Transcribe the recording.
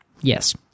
yes